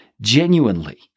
genuinely